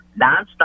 nonstop